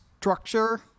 structure